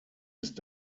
ist